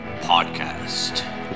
podcast